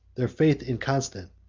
their faith inconstant,